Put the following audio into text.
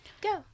Go